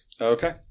Okay